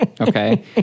Okay